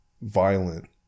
violent